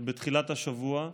בתחילת השבוע,